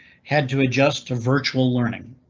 had to adjust to virtual learning.